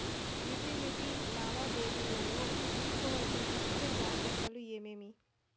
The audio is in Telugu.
యుటిలిటీ లావాదేవీల లో తీసుకోవాల్సిన ముఖ్య జాగ్రత్తలు ఏమేమి?